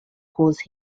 cause